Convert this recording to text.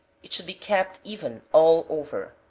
it should be kept even all over.